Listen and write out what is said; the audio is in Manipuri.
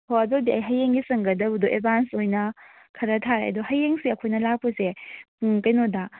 ꯍꯣꯏ ꯑꯗꯨꯑꯣꯏꯗꯤ ꯑꯩ ꯍꯌꯦꯡꯒꯤ ꯆꯪꯒꯗꯕꯗꯣ ꯑꯦꯗꯚꯥꯟꯁ ꯑꯣꯏꯅ ꯈꯔ ꯊꯥꯔꯛꯑꯒꯦ ꯑꯗꯨ ꯍꯌꯦꯡꯁꯦ ꯑꯩꯈꯣꯏꯅ ꯂꯥꯛꯄꯁꯦ ꯄꯨꯡ ꯀꯩꯅꯣꯗ